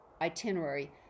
itinerary